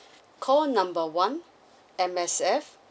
call number one M_S_F